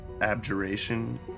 abjuration